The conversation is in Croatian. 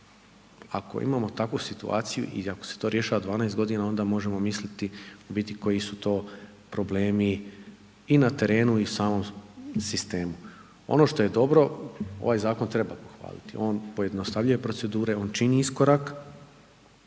ako imamo takvu situaciju i ako se to rješava 12 godina onda možemo misliti u biti koji su to problemi i na terenu i samom sistemu. Ono što je dobro, ovaj zakon treba pohvaliti, on pojednostavljuje procedure, on čini iskorak